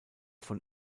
von